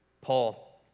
Paul